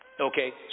Okay